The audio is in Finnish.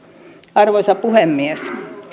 arvoisa puhemies